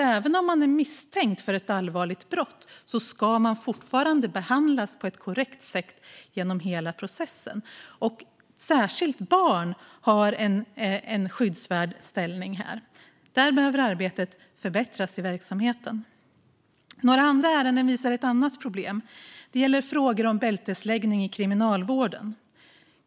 Även om man är misstänkt för ett allvarligt brott ska man fortfarande behandlas på ett korrekt sätt genom hela processen. Här har särskilt barn en skyddsvärd ställning, och därför behöver arbetet i verksamheten förbättras. Några andra ärenden pekar på ett annat problem, nämligen bältesläggning i kriminalvården.